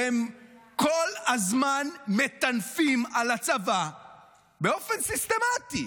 והם כל הזמן מטנפים על הצבא באופן סיסטמתי.